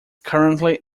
currently